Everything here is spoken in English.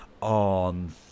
on